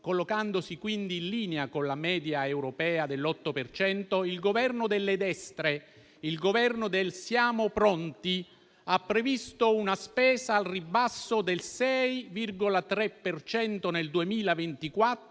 collocandosi quindi in linea con la media europea dell'8 per cento, il Governo delle destre, il Governo del «siamo pronti», ha previsto una spesa al ribasso del 6,3 per cento